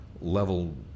Level